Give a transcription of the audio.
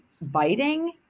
biting